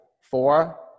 four